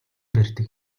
барьдаг